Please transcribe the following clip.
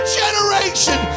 generation